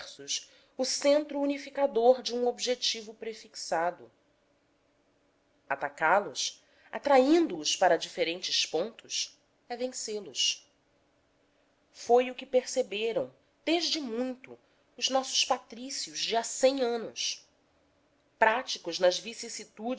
dispersos o centro unificador de um objetivo prefixado atacá los atraindo os para diferentes pontos é vencê los foi o que perceberam desde muito os nossos patrícios de há cem anos práticos nas